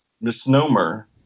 misnomer